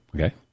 Okay